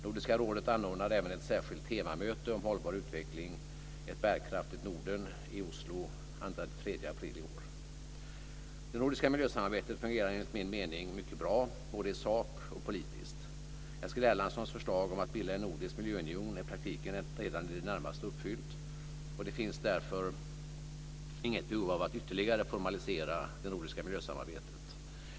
Nordiska rådet anordnar även ett särskilt temamöte om hållbar utveckling - Ett bärkraftigt Norden - i Oslo den 2-3 april i år. Det nordiska miljösamarbetet fungerar enligt min mening mycket bra både i sak och politiskt. Eskil Erlandssons förslag om att bilda en nordisk miljöunion är i praktiken redan i det närmaste genomfört och det finns därför inget behov av att ytterligare formalisera det nordiska miljösamarbetet.